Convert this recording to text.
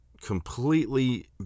completely